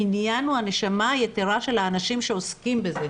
העניין הוא הנשמה היתרה של האנשים שעוסקים בזה,